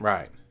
Right